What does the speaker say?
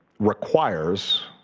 requires,